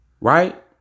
Right